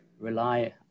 rely